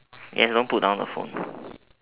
yes don't put down the phone